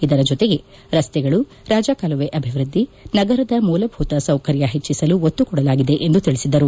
ಇದರ ಜೊತೆಗೆ ರಸ್ತೆಗಳು ರಾಜಕಾಲುವೆ ಅಭಿವೃದ್ಧಿ ನಗರದ ಮೂಲಭೂತ ಸೌಕರ್ಯ ಹೆಚ್ಚಿಸಲು ಒತ್ತುಕೊದಲಾಗಿದೆ ಎಂದು ತಿಳಿಸಿದರು